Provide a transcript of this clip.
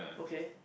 okay